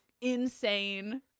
insane